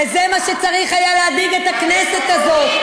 וזה מה שצריך היה להדאיג את הכנסת הזאת,